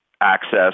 access